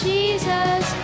Jesus